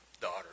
daughter